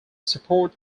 support